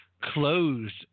closed